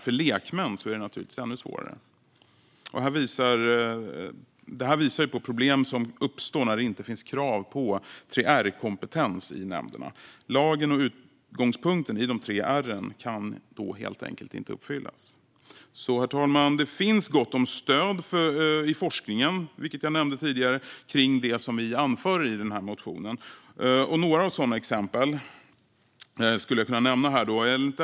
För lekmän är det naturligtvis ännu svårare. Det här visar på problem som uppstår när det inte finns krav på 3R-kompetens i nämnderna. Lagen och utgångspunkten för de tre r:en kan då helt enkelt inte uppfyllas. Herr talman! Som jag nämnde tidigare finns det gott om stöd i forskningen för det som vi anför i motionen. Jag ska nämna några exempel.